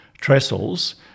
trestles